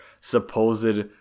supposed